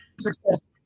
success